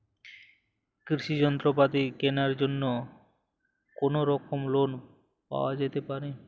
কৃষিযন্ত্রপাতি কেনার জন্য কোনোরকম লোন পাওয়া যেতে পারে?